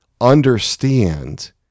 understand